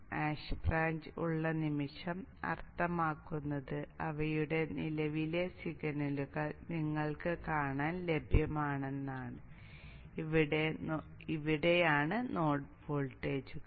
hash branch ഉള്ള നിമിഷം അർത്ഥമാക്കുന്നത് അവയുടെ നിലവിലെ സിഗ്നലുകൾ നിങ്ങൾക്ക് കാണാൻ ലഭ്യമാണെന്നാണ് ഇവയാണ് നോഡ് വോൾട്ടേജുകൾ